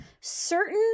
certain